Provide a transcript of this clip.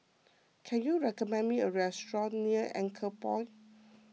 can you recommend me a restaurant near Anchorpoint